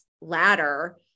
ladder